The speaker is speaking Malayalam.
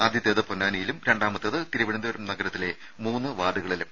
ആദ്യത്തേത് പൊന്നാനിയിലും രണ്ടാമത്തേത് തിരുവനന്തപുരം നഗരത്തിലെ മൂന്ന് വാർഡുകളിലും